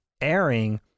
airing